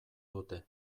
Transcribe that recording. dute